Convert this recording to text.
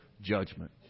judgment